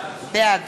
בעד